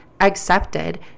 accepted